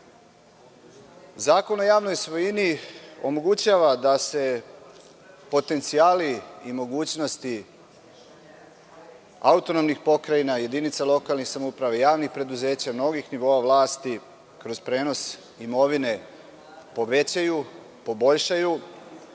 o javnoj svojini omogućava da se potencijali i mogućnosti autonomnih pokrajina, jedinica lokalne samouprave, javnih preduzeća, mnogih nivoa vlasti kroz prenos imovine povećaju, poboljšaju,